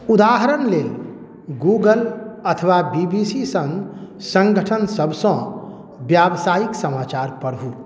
उदाहरण लेल गूगल अथवा बी बी सी सन सङ्गठनसबसँ बेवसाइक समाचार पढ़ू